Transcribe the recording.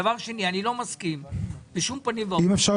אם אפשר,